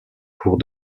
cours